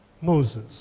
Moses